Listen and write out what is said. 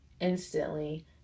instantly